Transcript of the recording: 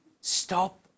Stop